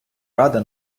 ради